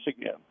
again